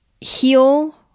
heal